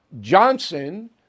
Johnson